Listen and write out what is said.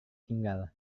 tinggal